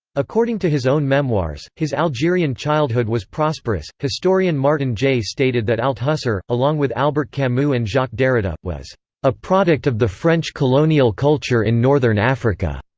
according to his own memoirs, his algerian childhood was prosperous historian martin jay stated that althusser, along with albert camus and jacques derrida, was a product of the french colonial culture in northern africa.